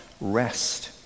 rest